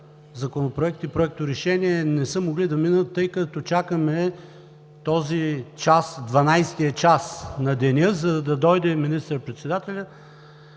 законопроекти и проекторешения, не са могли да минат, тъй като чакаме дванадесетия час на деня, за да дойде министър-председателят